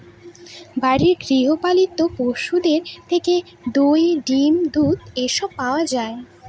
বাড়ির গৃহ পালিত পশুদের থেকে দই, ডিম, দুধ এসব পাওয়া যায়